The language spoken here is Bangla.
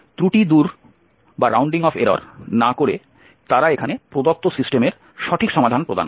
ত্রুটি দূর না করে তারা এখানে প্রদত্ত সিস্টেমের সঠিক সমাধান প্রদান করে